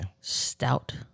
Stout